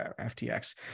FTX